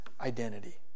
identity